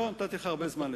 לא, נתתי לך לדבר הרבה זמן.